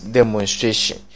Demonstration